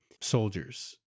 soldiers